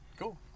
cool